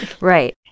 Right